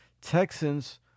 Texans